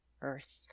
Earth